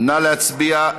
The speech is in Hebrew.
נא להצביע.